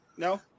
No